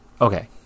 Okay